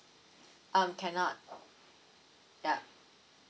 um cannot yup